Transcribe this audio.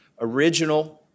original